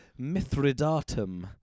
Mithridatum